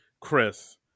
Chris